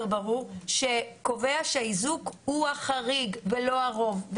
ברור שקובע שהאיזוק הוא החריג ולא הרוב.